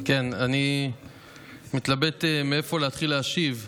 אני מתלבט מאיפה להתחיל להשיב,